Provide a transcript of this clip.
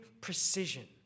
precision